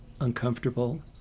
uncomfortable